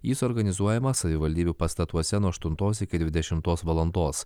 jis organizuojamas savivaldybių pastatuose nuo aštuntos iki dvidešimtos valandos